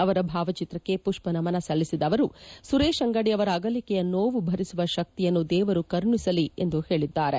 ಅವರ ಭಾವಚಿತ್ರಕ್ಕೆ ಮಷ್ವನಮನ ಸಲ್ಲಿಸಿದ ಅವರು ಸುರೇಶ್ ಅಂಗಡಿಯವರ ಅಗಲಿಕೆಯ ನೋವು ಭರಿಸುವ ಶಕ್ತಿಯನ್ನು ದೇವರು ಕರುಣಿಸಲಿ ಎಂದು ಹೇಳಿದ್ದಾರೆ